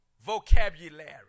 vocabulary